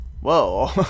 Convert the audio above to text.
whoa